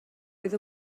oedd